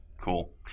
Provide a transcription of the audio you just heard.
Cool